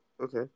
Okay